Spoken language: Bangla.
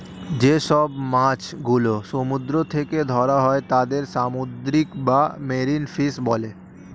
যে সব মাছ গুলো সমুদ্র থেকে ধরা হয় তাদের সামুদ্রিক বা মেরিন ফিশ বলে